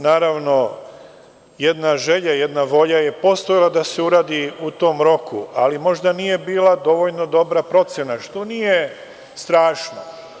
Naravno, jedna želja i jedna volja je postojala da se uradi u tom roku, ali možda nije bila dovoljno dobra procena, što nije strašno.